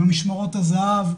במשמרות הזה"ב,